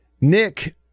Nick